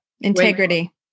Integrity